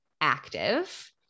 active